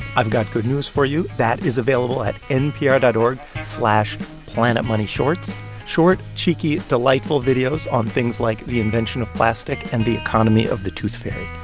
i've got good news for you. that is available at npr dot org slash planetmoneyshorts short, cheeky, delightful videos on things like the invention of plastic and the economy of the tooth fairy.